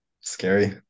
scary